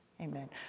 Amen